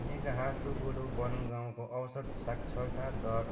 मेघाहातु बुरु वन गाउँको औसत साक्षरता दर